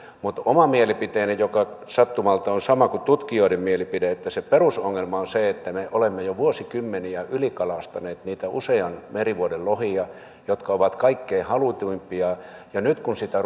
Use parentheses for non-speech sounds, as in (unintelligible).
mutta oma mielipiteeni joka sattumalta on sama kuin tutkijoiden mielipide on että se perusongelma on että me olemme jo vuosikymmeniä ylikalastaneet niitä usean merivuoden lohia jotka ovat kaikkein halutuimpia ja nyt kun sitä (unintelligible)